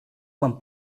quan